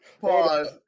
pause